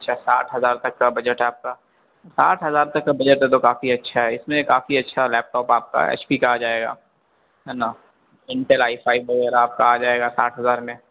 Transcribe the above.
اچھا ساٹ ہزار تک کا بجٹ ہے آپ کا سٹھ ہزار تک کا بجٹ ہے تو کافی اچھا ہے اس میں کافی اچھا لیپ ٹاپ آپ کا ایچ پی کا آ جائے گا ہے نا انٹل آئی فائی وغیرہ آپ کا آ جائے گا ساٹھ ہزار میں